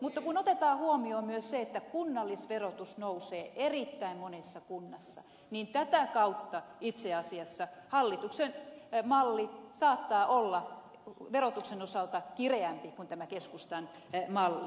mutta kun otetaan huomioon myös se että kunnallisverotus nousee erittäin monessa kunnassa niin tätä kautta itse asiassa hallituksen malli saattaa olla verotuksen osalta kireämpi kuin tämä keskustan malli